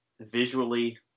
visually